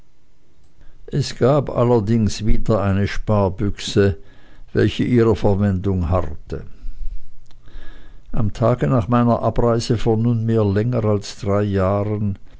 es gab allerdings wieder eine sparbüchse welche ihrer verwendung harrte am tage nach meiner abreise vor nunmehr länger als drei jahren